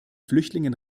flüchtlingen